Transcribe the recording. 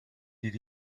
did